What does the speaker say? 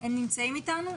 הם נמצאים אתנו?